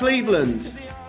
Cleveland